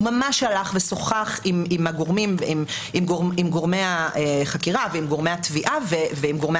הוא שוחח עם גורמי החקירה ועם גורמי התביעה ועם גורמי